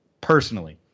personally